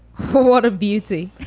what a beauty.